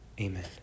amen